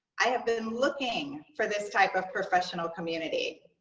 i have been looking for this type of professional community.